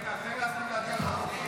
רגע, תן לי להספיק להגיע למקום.